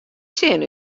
sin